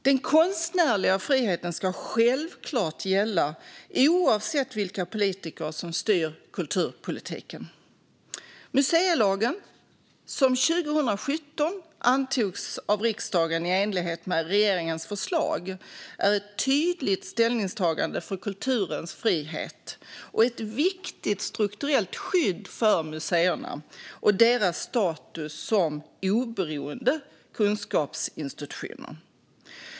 Den konstnärliga friheten ska självklart gälla oavsett vilka politiker som styr kulturpolitiken. Museilagen, som 2017 antogs av riksdagen i enlighet med regeringens förslag, är ett tydligt ställningstagande för kulturens frihet och ett viktigt strukturellt skydd för museerna och deras status som oberoende kunskapsinstitutioner.